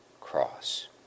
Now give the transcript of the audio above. cross